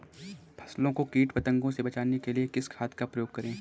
फसलों को कीट पतंगों से बचाने के लिए किस खाद का प्रयोग करें?